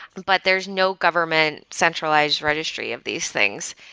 but there's no government centralized registry of these things.